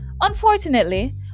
Unfortunately